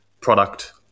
product